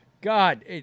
God